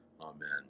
Amen